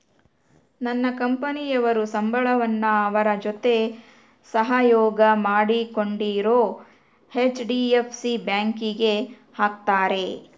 ನನ್ನ ಕಂಪನಿಯವರು ಸಂಬಳವನ್ನ ಅವರ ಜೊತೆ ಸಹಯೋಗ ಮಾಡಿಕೊಂಡಿರೊ ಹೆಚ್.ಡಿ.ಎಫ್.ಸಿ ಬ್ಯಾಂಕಿಗೆ ಹಾಕ್ತಾರೆ